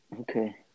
Okay